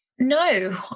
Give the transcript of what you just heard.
No